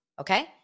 Okay